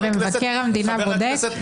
מבקר המדינה בודק?